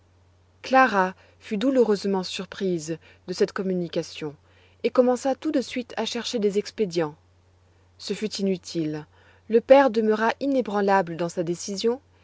clara fut douloureusement surprise de cette communication et commença tout de suite à chercher des expédients ce fut inutile le père demeura inébranlable dans sa décision